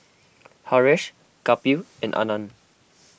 Haresh Kapil and Anand